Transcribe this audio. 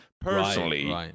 personally